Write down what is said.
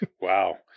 Wow